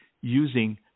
using